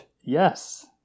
Yes